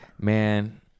Man